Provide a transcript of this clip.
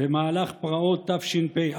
במהלך פרעות תשפ"א,